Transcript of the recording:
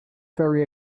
very